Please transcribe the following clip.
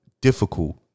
difficult